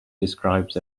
describes